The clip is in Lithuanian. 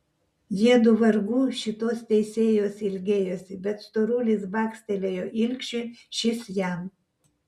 jiedu vargu šitos teisėjos ilgėjosi bet storulis bakstelėjo ilgšiui šis jam